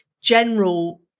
general